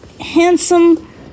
handsome